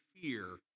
fear